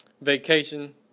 vacation